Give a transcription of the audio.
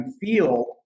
feel